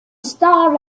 star